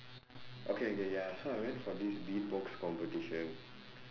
okay okay ya so I went for this beatbox competition